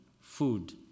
food